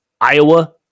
Iowa